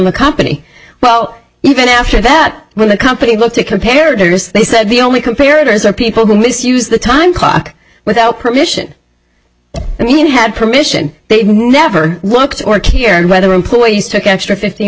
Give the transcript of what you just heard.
the company well even after that when the company looked to compare to this they said the only comparatives are people who misuse the time clock without permission and have permission they've never looked or care whether employees took an extra fifteen